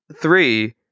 three